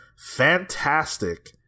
Fantastic